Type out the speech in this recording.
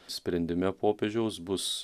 sprendime popiežiaus bus